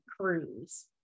cruise